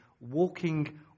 walking